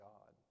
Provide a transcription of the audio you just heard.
God